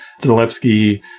Zalewski